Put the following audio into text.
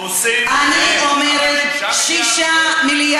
עושים, כן, אבל 6 מיליארד,